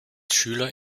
schüler